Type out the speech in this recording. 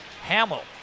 Hamill